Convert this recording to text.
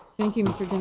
thank you mr.